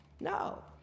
No